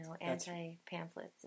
anti-pamphlets